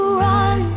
run